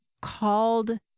called